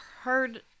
heard